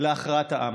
להכרעת העם.